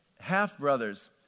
half-brothers